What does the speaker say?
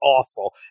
awful